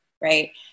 right